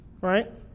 Right